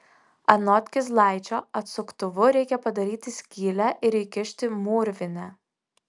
anot kizlaičio atsuktuvu reikia padaryti skylę ir įkišti mūrvinę